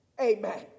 Amen